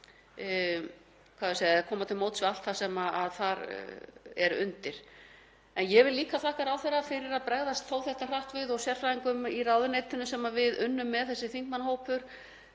eða koma til móts við allt það sem þar er undir. Ég vil líka þakka ráðherra fyrir að bregðast þó þetta hratt við og sérfræðingum í ráðuneytinu sem við unnum með, þessi þingmannahópur,